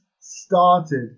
started